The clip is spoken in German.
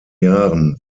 jahren